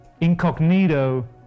incognito